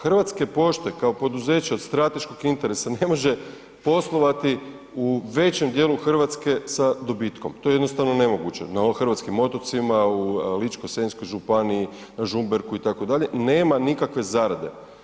Hrvatske pošte kao poduzeće od strateškog je interesa, ne može poslovati u većem dijelu Hrvatske sa dobitkom, to je jednostavno nemoguće, na hrvatskim otocima, u Ličko-senjskoj županiji, Žumberku itd., nema nikakve zarade.